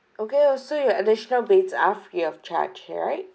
okay also your additional beds are free of charge right